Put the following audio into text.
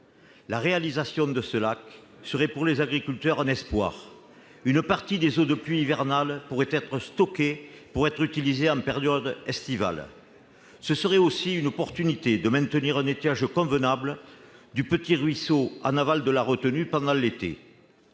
La réalisation de ce lac serait pour les agriculteurs un espoir : une partie des eaux de pluie hivernales pourrait être stockée pour être utilisée en période estivale. Ce serait aussi une opportunité de maintenir un étiage convenable du petit ruisseau en aval de la retenue pendant l'été.